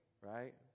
right